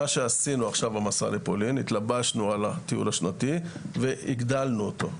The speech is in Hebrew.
מה שעשינו עכשיו במסע לפולין הוא שהתלבשנו על הטיול השנתי והגדלנו אותו,